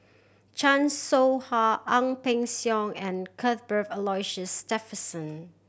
Chan Soh Ha Ang Peng Siong and Cuthbert Aloysius Shepherdson